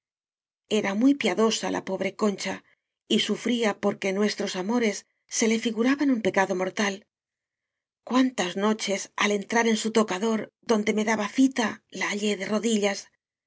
era muy piadosa la pobre concha y su fría porque nuestros amores se le figuraban un pecado mortal cuántas noches al entrar en su tocador donde me daba cita la hallé de rodillas